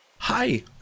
Hi